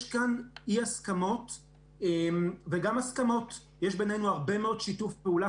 יש כאן אי-הסכמות וגם הסכמות ויש בינינו הרבה מאוד שיתוף פעולה,